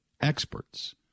experts